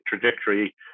trajectory